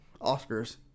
Oscars